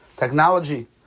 technology